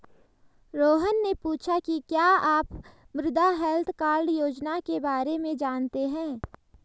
रोहन ने पूछा कि क्या आप मृदा हैल्थ कार्ड योजना के बारे में जानते हैं?